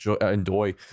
enjoy